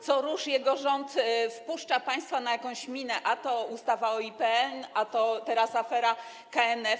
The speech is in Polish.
Co rusz jego rząd wpuszcza państwa na jakąś minę: a to ustawa o IPN, a to teraz afera KNF.